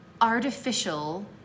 artificial